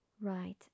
right